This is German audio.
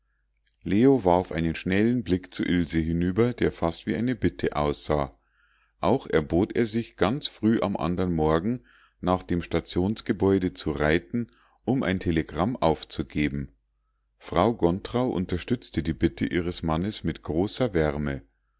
leo warf einen schnellen blick zu ilse hinüber der fast wie eine bitte aussah auch erbot er sich ganz früh am andern morgen nach dem stationsgebäude zu reiten um ein telegramm aufzugeben frau gontrau unterstützte die bitte ihres mannes mit großer wärme